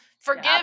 Forgive